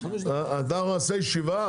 נעשה ישיבה,